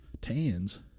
tans